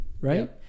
right